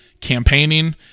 campaigning